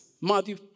Matthew